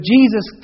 Jesus